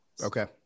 Okay